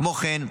כמו כן,